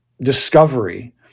discovery